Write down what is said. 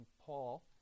Paul